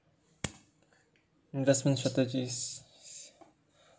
investment strategies